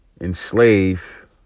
enslave